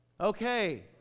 Okay